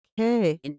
okay